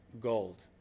gold